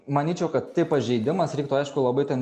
manyčiau kad tai pažeidimas reiktų aišku labai ten